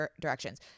directions